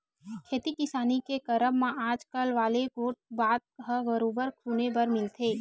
खेती किसानी के करब म अकाल वाले गोठ बात ह बरोबर सुने बर मिलथे ही